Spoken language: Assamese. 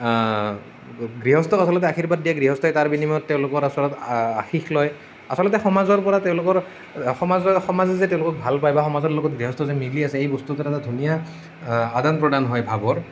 গৃহস্থক আচলতে আৰ্শীবাদ দিয়ে গৃহস্থই তাৰ বিনিময়ত তেওঁলোকৰ ওচৰত আশীষ লয় আচলতে সমাজৰ পৰা তেওঁলোকৰ সমাজৰ সমাজে যে তেওঁলোকক ভাল পায় বা সমাজৰ লগত গৃহস্থৰ যেন মিলি আছে এই বস্তুটো এটা ধুনীয়া আদান প্ৰদান হয় ভাৱৰ